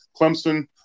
Clemson